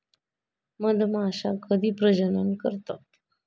मधमाश्या कधी प्रजनन करतात?